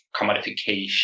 commodification